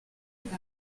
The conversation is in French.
est